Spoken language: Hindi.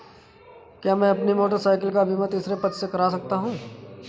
क्या मैं अपनी मोटरसाइकिल का बीमा तीसरे पक्ष से करा सकता हूँ?